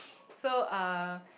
so uh